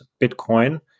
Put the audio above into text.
Bitcoin